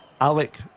Alec